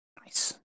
Nice